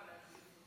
להחליף אותו.